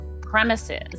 premises